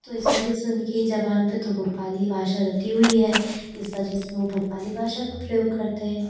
तो इस वजह से उनकी ज़ुबान पर तो भोपाली भाषा रटि हुई है इस वजह से वो भोपाली भाषा का प्रयोग करते हैं